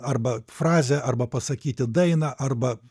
arba frazę arba pasakyti dainą arba